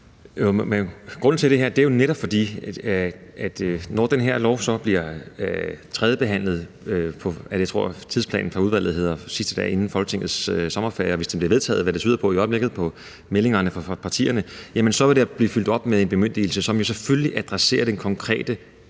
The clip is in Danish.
ældreministeren (Magnus Heunicke): Når det lovforslag bliver tredjebehandlet – jeg tror, at tidsplanen for udvalget hedder sidste dag inden Folketingets sommerferie – og hvis det bliver vedtaget, hvilket det tyder på i øjeblikket på meldingerne fra partierne, vil det blive fulgt op med en bemyndigelse, som selvfølgelig adresserer den konkrete